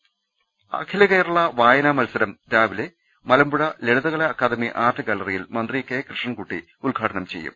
രദേഷ്ടെടു അഖിലകേരളാ വായനാ മത്സരം രാവിലെ Malampuzha Lalithakala academy art ഗ്യാലറിയിൽ മന്ത്രി കെ കൃഷ്ണൻകുട്ടി ഉദ്ഘാടനം ചെയ്യും